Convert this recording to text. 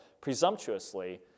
presumptuously